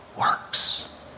works